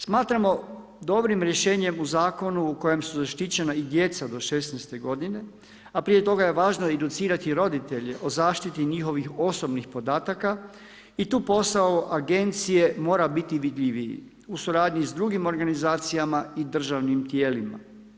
Smatramo dobrim rješenjem u Zakonu u kojem su zaštićena i djeca do 16. godine, a prije toga je važno educirati roditelje o zaštiti njihovih osobnih podataka i tu posao agencije mora biti vidljiviji u suradnji s drugim organizacijama i državnim tijelima.